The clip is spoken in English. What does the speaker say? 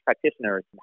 practitioners